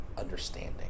understanding